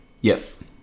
Yes